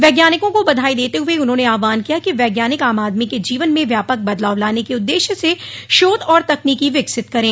वैज्ञानिकों को बधाई देते हुए उन्होंने आहवान किया कि वैज्ञानिक आम आदमी के जीवन में व्यापक बदलाव लाने के उद्देश्य से शोध और तकनीकी विकसित करे